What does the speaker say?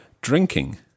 drinking